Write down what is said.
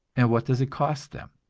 and what does it cost them?